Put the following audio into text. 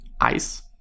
ice